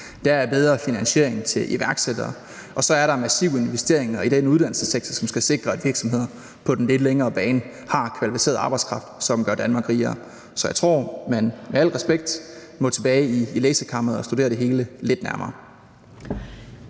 Der er bedre finansiering til iværksættere. Og så er der massive investeringer i den uddannelsessektor, som skal sikre, at virksomhederne på den lidt længere bane har kvalificeret arbejdskraft, som gør Danmark rigere. Så jeg tror, at man med al respekt må tilbage i læsekammeret og studere det hele lidt nærmere.